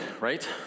right